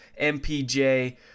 MPJ